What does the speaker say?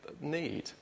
need